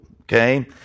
Okay